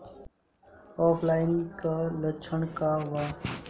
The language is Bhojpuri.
ऑफलाइनके लक्षण क वा?